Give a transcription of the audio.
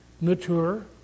mature